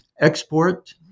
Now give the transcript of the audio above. export